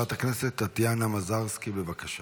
חברת הכנסת טטיאנה מזרסקי, בבקשה.